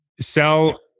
sell